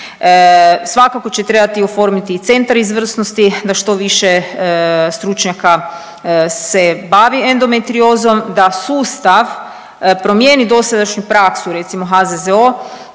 Svakako će trebati oformiti i centar izvrsnosti da što više stručnjaka se bavi endometriozom, da sustav promijeni dosadašnju praksu recimo HZZO